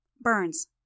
Burns